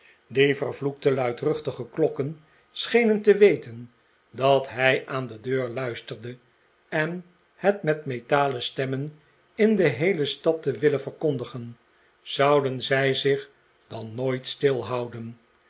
die vervloekte luidruchtige klokken schenen te weten dat hij aan de deur luisterde en het met metalen stemmen in de heele stad te willen verkondigen zouden zij zich dan nooit stilhouden